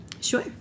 Sure